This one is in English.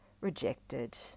rejected